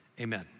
Amen